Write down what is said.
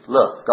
Look